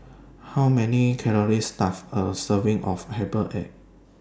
How Many Calories Does A Serving of Herbal Egg Have